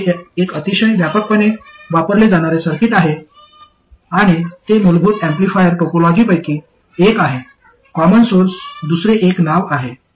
तर हे एक अतिशय व्यापकपणे वापरले जाणारे सर्किट आहे आणि ते मूलभूत ऍम्प्लिफायर टोपोलॉजींपैकी एक आहे कॉमन सोर्स दुसरे एक आहे